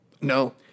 No